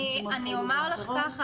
אני אומר לך ככה,